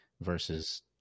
versus